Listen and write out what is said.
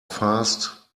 fast